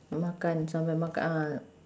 makan sama makan ah